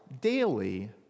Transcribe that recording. daily